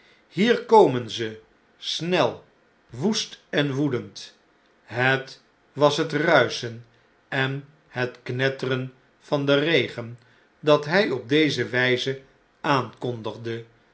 hier komen ze snel woest en woedend set was het ruischen en het knetteren van den regen dat hij op deze wijze aankondigde